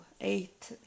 eight